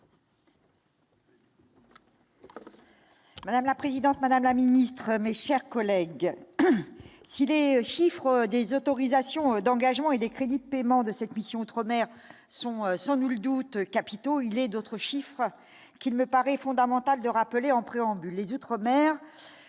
Madame la présidente, madame la ministre, mes chers collègues, si les chiffres des autorisations d'engagement et des crédits de paiement de cette mission outre-mer sont sans nul doute capitaux, il est d'autres chiffres qu'il me paraît fondamental de rappeler en préambule